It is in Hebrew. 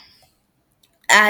ובמרץ 2017